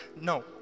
No